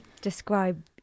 describe